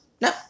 No